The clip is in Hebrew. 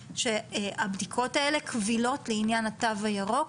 שהבדיקות האלה קבילות לעניין התו הירוק,